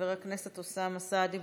חבר הכנסת אוסאמה סעדי,